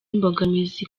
imbogamizi